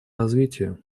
развитию